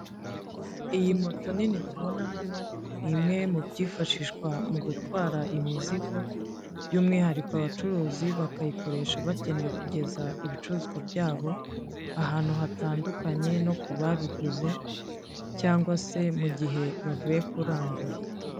Iyi moto nini tubona hano ni imwe mu byifashishwa mu gutwara imizigo by'umwihariko abacuruzi bakayikoresha bakeneye kugeza ibicuruzwa byabo ahantu hatandukanye no ku babiguze cyangwa se mu gihe bavuye kurangura.